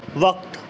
وقت